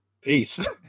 Peace